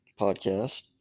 podcast